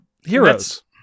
heroes